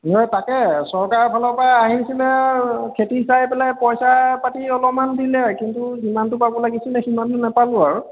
নহয় তাকে চৰকাৰৰ ফালৰ পৰা আহিছিলে খেতি চাই পেলাই পইচা পাতি অলপমান দিলে কিন্তু যিমানটো পাব লাগিছিলে সিমানটো নেপালোঁ আৰু